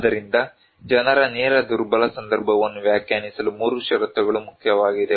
ಆದ್ದರಿಂದ ಜನರ ನೇರ ದುರ್ಬಲ ಸಂದರ್ಭವನ್ನು ವ್ಯಾಖ್ಯಾನಿಸಲು 3 ಷರತ್ತುಗಳು ಮುಖ್ಯವಾಗಿವೆ